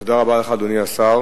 תודה רבה לך, אדוני השר.